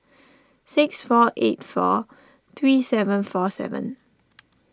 six four eight four three seven four seven